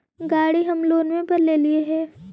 गाड़ी हम लोनवे पर लेलिऐ हे?